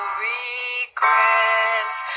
regrets